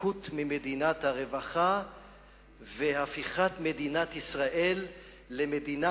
התנתקות ממדינת הרווחה והפיכת מדינת ישראל למדינה